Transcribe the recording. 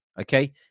okay